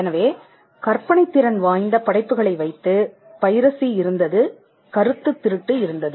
எனவே கற்பனைத் திறன் வாய்ந்த படைப்புகளை வைத்து பைரஸி இருந்தது கருத்துத் திருட்டு இருந்தது